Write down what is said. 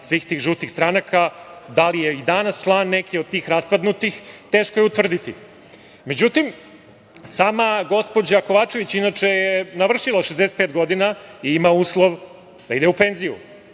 svih tih žutih stranaka. Da li je i danas član neke od tih raspadnutih, teško je utvrditi. Sama gospođa Kovačević, inače je navršila 65 godina i ima uslov da ide u penziju.